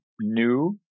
new